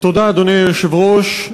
אדוני היושב-ראש,